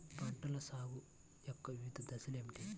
పంటల సాగు యొక్క వివిధ దశలు ఏమిటి?